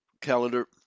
calendar